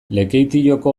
lekeitioko